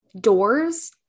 doors